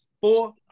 Four